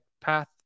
path